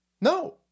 No